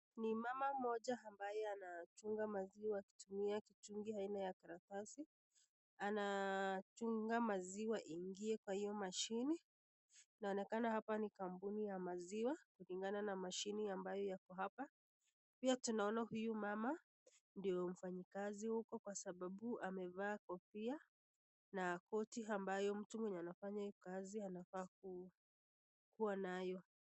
Ni mama mmoja ambaye anachunga maziwa akitumia kichungi aina ya karatasi. Anachunga maziwa iingie kwa hiyo mashini, inaonekana hapa ni kampuni ya maziwa kulinga na mashini ambayo iko hapa. Pia tunaona huyu mama ndiye mfanyikazi huko kwa sababu amevaa kofia na koti ambayo mtu anafanya kazi anafaa kukuwa nayo.